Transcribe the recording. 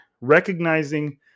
recognizing